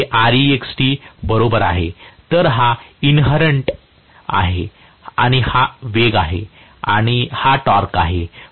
तर हे Rext बरोबर आहे तर हा इन्हेरण्ट आहे आणि हा वेग आहे आणि हा टॉर्क आहे